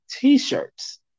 T-shirts